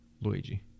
luigi